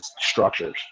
structures